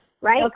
right